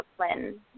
discipline